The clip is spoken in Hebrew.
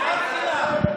שנאת חינם,